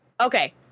Okay